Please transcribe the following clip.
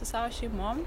su savo šeimom